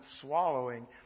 swallowing